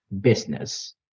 business